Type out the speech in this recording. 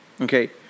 Okay